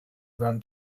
their